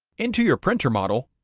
enter your printer model,